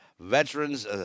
veterans